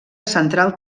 central